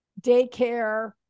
daycare